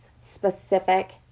specific